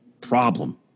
problem